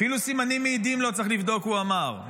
אפילו סימנים מעידים לא צריך לבדוק, הוא אמר.